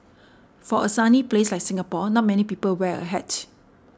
for a sunny place like Singapore not many people wear a hat